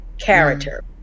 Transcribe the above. character